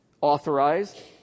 authorized